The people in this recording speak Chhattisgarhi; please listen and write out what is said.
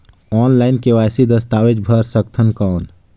ऑनलाइन के.वाई.सी दस्तावेज भर सकथन कौन?